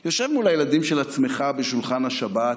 יושב מול הילדים של עצמך בשולחן השבת,